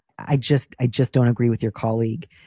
i just i just don't agree with your colleague.